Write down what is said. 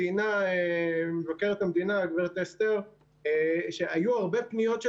ציינה הגברת אסתר שהיו הרבה פניות של